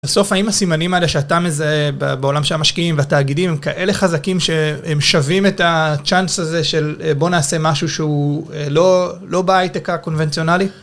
בסוף האם הסימנים האלה שאתה מזהה בעולם של המשקיעים והתאגידים, הם כאלה חזקים שהם שווים את הצ'אנס הזה של בוא נעשה משהו שהוא לא בהייטק הקונבנציונלי?